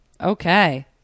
Okay